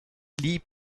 lee